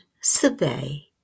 survey